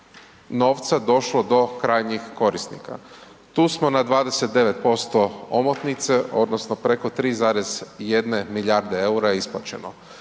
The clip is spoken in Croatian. novca došlo do krajnjih korisnika. Tu smo na 29% omotnice odnosno preko 3,1 milijarde eura isplaćeno.